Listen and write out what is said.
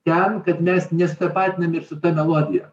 ten kad mes nesitapatinam ir su ta melodija